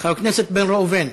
חבר הכנסת בן ראובן,